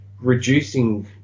reducing